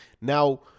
Now